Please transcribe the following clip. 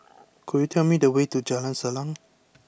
Could you tell me the way to Jalan Salang